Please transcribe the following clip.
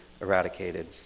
eradicated